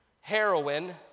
heroin